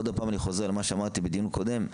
עוד פעם אני חוזר על מה שאמרתי בדיון הקודם,